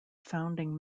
founding